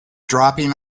dropping